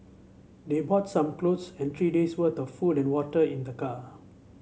they brought some clothes and three days worth of food and water in the car